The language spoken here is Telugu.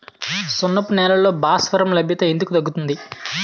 సున్నపు నేలల్లో భాస్వరం లభ్యత ఎందుకు తగ్గుతుంది?